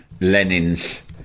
Lenin's